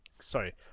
sorry